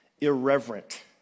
irreverent